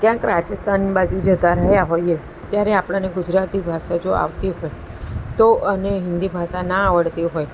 ક્યાંક રાજસ્થાન બાજું જતા રહ્યા હોઈએ ત્યારે આપણને ગુજરાતી ભાષા જો આવતી હોય તો અને હિન્દી ભાષા ન આવડતી હોય